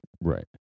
Right